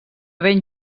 ben